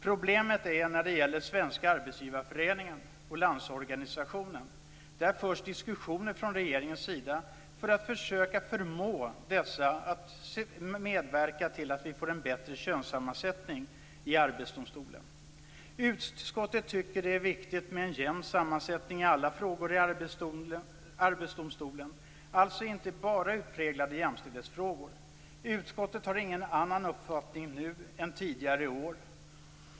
Problemet gäller Svenska Arbetsgivareföreningen och Landsorganisationen. Regeringen för diskussioner för att försöka förmå dessa att medverka till att vi får en bättre könssammansättning i Utskottet tycker att det är viktigt med en jämn sammansättning i alla frågor i Arbetsdomstolen, alltså inte bara i utpräglade jämställdhetsfrågor. Utskottet har ingen annan uppfattning nu än tidigare i år.